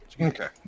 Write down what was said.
Okay